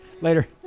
Later